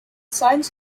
signs